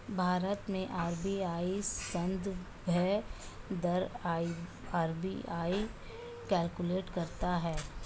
भारत में आर.बी.आई संदर्भ दर आर.बी.आई कैलकुलेट करता है